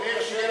צריך שיהיה,